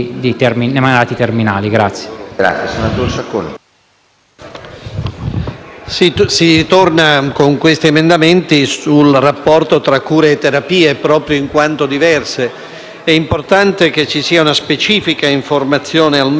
si torna con questi emendamenti sul rapporto tra cure e terapie. Proprio in quanto diverse, è importante che ci sia una specifica informazione almeno nei confronti del paziente, perché